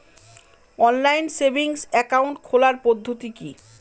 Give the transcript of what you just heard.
Online savings account খোলার পদ্ধতি কি?